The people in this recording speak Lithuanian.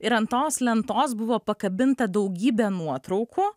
ir ant tos lentos buvo pakabinta daugybė nuotraukų